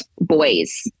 boys